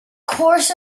course